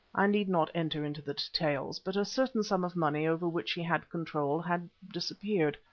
i need not enter into the details, but a certain sum of money over which he had control had disappeared.